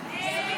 (תיקון,